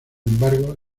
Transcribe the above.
embargo